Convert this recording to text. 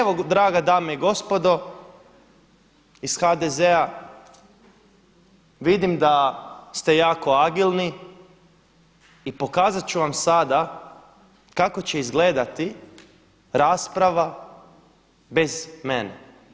Evo drage dame i gospodo iz HDZ-a vidim da ste jako agilni i pokazat ću vam sada kako će izgledati rasprava bez mene.